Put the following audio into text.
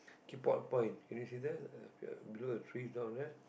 key port point can you see that uh below the trees down there